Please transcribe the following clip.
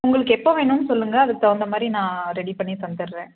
உங்களுக்கு எப்போது வேணுமெனு சொல்லுங்க அதுக்கு தகுந்த மாதிரி நான் ரெடி பண்ணி தந்துடுறேன்